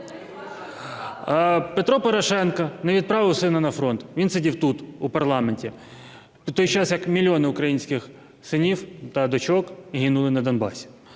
Петро Порошенко не відправив сина на фронт, він сидів тут, у парламенті, в той час як мільйони українських синів та дочок гинули на Донбасі.